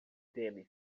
deles